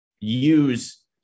use